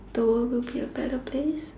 the world would be a better place